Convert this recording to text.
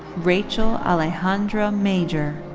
rachel alejandra major.